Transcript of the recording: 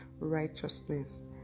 righteousness